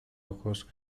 ojos